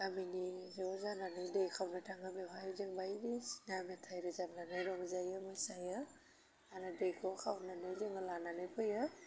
गामिनि ज' जानानै दै खावनो थाङो बेवहाय जों बायदि सिना मेथाइ रोजाबनानै रंजायो मोसायो आरो दैखौ खावनानै जोङो लानानै फैयो